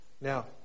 Now